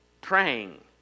praying